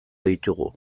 ditugu